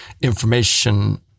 information